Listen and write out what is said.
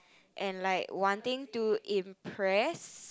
and like one thing to impress